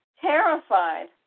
terrified